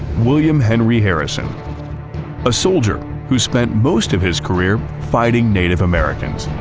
william henry harrison a soldier who spent most of his career fighting native americans.